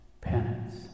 penance